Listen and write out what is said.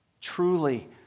Truly